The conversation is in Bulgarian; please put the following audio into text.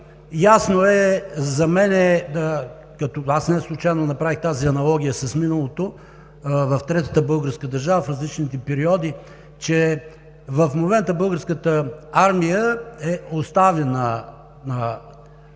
мен е ясно и неслучайно аз направих тази аналогия с миналото – в Третата българската държава, в различните периоди, че в момента Българската армия е оставена